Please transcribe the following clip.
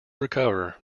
recover